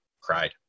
cried